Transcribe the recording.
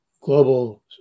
global